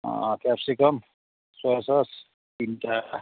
capsicum soya sauce तिनवटा